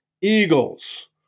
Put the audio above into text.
Eagles